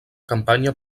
campanya